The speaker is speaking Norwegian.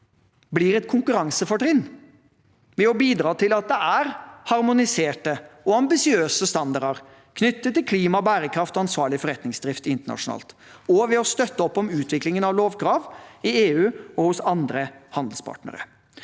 blir et konkurransefortrinn, ved å bidra til at det er harmoniserte og ambisiøse standarder knyttet til klima, bærekraft og ansvarlig forretningsdrift internasjonalt, og ved å støtte opp om utviklingen av lovkrav i EU og hos andre handelspartnere.